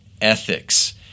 ethics